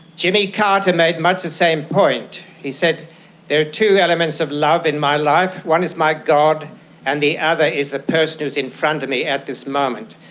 jimmy carter made much the same point. he said there are two elements of love in my life, one is my god and the other is the person who is in front of me at this moment.